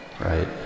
right